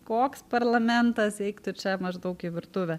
koks parlamentas eik tu čia maždaug į virtuvę